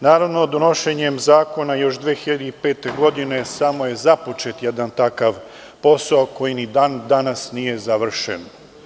Naravno, donošenjem zakona još 2005. godine samo je započet jedan takav posao koji ni dan danas nije završen.